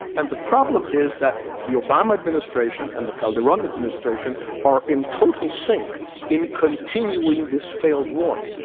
and the problem is that the obama administration and the calderon administration are in total synch in continuing this failed war.